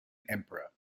emperor